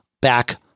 back